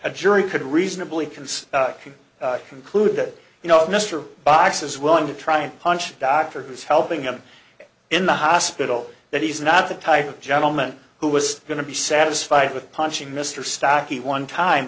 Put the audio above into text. a jury could reasonably concise conclude that you know mr box is willing to try and punch dr who's helping him in the hospital that he's not the type of gentleman who was going to be satisfied with punching mr stocky one time